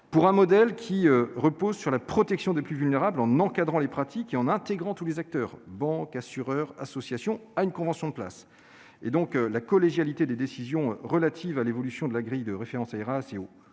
pour un modèle qui repose sur la protection des plus vulnérables, en encadrant les pratiques et en intégrant tous les acteurs- banques, assureurs, associations -dans une convention de place. La collégialité des décisions relatives à l'évolution de la grille de référence Aeras et au